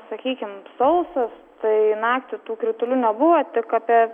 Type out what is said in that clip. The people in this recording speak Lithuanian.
sakykim sausas tai naktį tų kritulių nebuvo tik apie